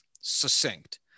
succinct